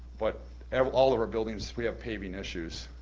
but at all of our buildings we have paving issues.